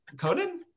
Conan